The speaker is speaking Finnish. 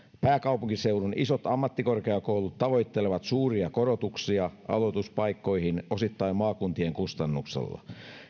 pääkaupunkiseudun isot ammattikorkeakoulut tavoittelevat suuria korotuksia aloituspaikkoihin osittain maakuntien kustannuksella